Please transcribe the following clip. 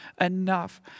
enough